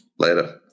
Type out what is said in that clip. Later